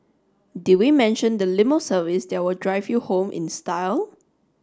did we mention the limo service that will drive you home in style